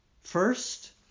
First